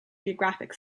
geographic